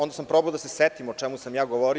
Onda sam probao da se setim o čemu sam govorio.